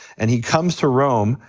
and he comes to rome,